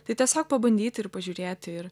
tai tiesiog pabandyti ir pažiūrėti ir